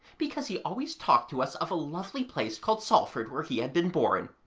because he always talked to us of a lovely place called salford where he had been born.